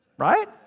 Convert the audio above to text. right